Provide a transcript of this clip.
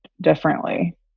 differently